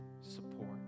support